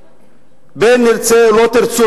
אם תרצו ואם לא תרצו,